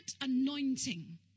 anointing